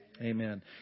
Amen